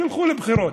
תלכו לבחירות.